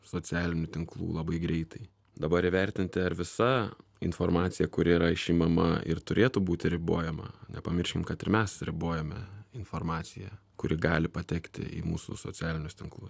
socialinių tinklų labai greitai dabar įvertinti ar visa informacija kuri yra išimama ir turėtų būti ribojama nepamirškim kad ir mes ribojame informaciją kuri gali patekti į mūsų socialinius tinklus